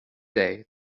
day